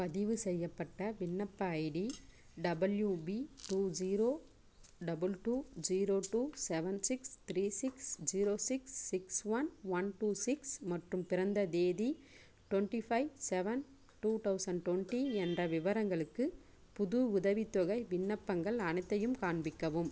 பதிவு செய்யப்பட்ட விண்ணப்ப ID W B two zero double two zero two seven six three six zero six six one one two six மற்றும் பிறந்த தேதி twenty five seven two thousand twenty என்ற விவரங்களுக்கு புது உதவி தொகை விண்ணப்பங்கள் அனைத்தையும் காண்பிக்கவும்